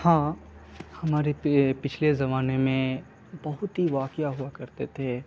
ہاں ہمارے پچھلے زمانے میں بہت ہی واقعہ ہوا کرتے تھے